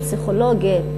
פסיכולוגית,